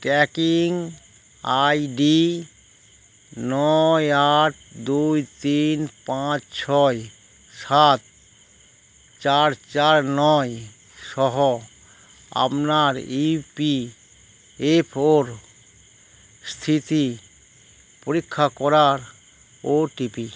tracking ID নয় আট দুই তিন পাঁচ ছয় সাত চার চার নয় সহ আপনার ইপি এফওর স্থিতি পরীক্ষা করার ওটিপি